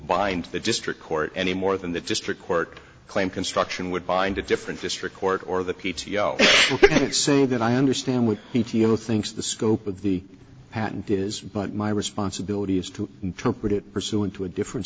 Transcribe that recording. bind the district court any more than the district court claim construction would bind a different district court or the p t o ok saying that i understand what he thinks the scope of the patent is but my responsibility is to interpret it pursuant to a different